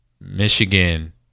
Michigan